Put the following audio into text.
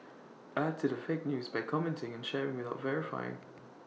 add to the fake news by commenting and sharing without verifying